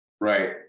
Right